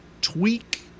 tweak